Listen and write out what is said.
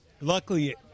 Luckily